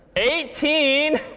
eighteen.